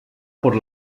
por